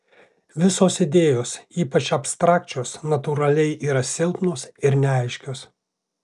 visos idėjos ypač abstrakčios natūraliai yra silpnos ir neaiškios